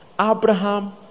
Abraham